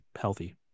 healthy